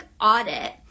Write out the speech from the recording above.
audit